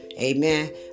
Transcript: Amen